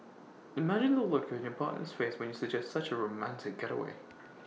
imagine the look on your partner's face when you suggest such A romantic getaway